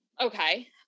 okay